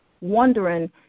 wondering